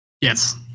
yes